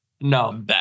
No